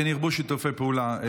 כן ירבו שיתופי פעולה.